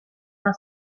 una